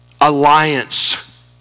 alliance